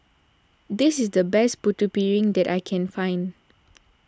this is the best Putu Piring that I can find